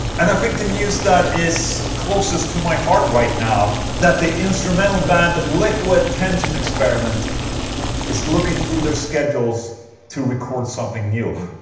and i think the news that is closest to my heart right now that the instrumental and band liquid tension experiment is looking through their schedules to record something new